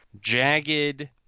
jagged